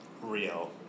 real